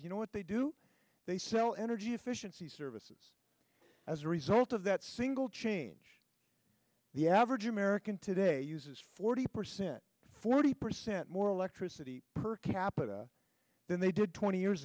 you know what they do they sell energy efficiency services as a result of that single change the average american today uses forty percent forty percent more electricity per capita than they did twenty years